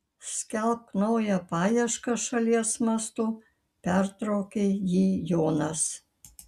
skelbk naują paiešką šalies mastu pertraukė jį jonas